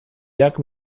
jack